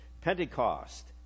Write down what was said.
Pentecost